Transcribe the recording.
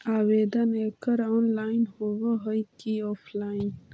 आवेदन एकड़ ऑनलाइन होव हइ की ऑफलाइन?